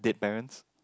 dead parents